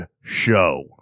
show